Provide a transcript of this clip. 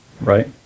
Right